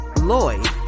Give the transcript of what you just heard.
Lloyd